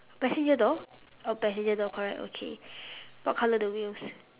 passenger door oh passenger door correct okay what colour the wheels